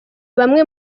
bamwe